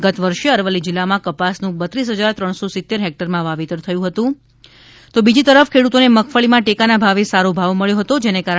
ગત વર્ષે અરવલ્લી જિલ્લામાં કપાસનું બત્રીસ ફજાર ત્રણસો સિત્તેર હેક્ટરમાં વાવેતર થયું હતું તો બીજી તરફ ખેડૂતોને મગફળીમાં ટેકાના ભાવે સારો ભાવ મળ્યો હતો જેને કારણે આ તા